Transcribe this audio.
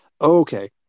Okay